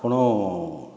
ଆପଣ